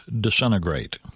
disintegrate